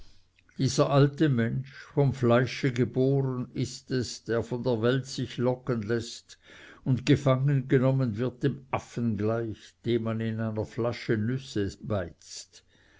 dieser alte mensch vom fleische geboren ist es der von der welt sich locken läßt und gefangen genommen wird dem affen gleich dem man in einer flasche nüsse beizt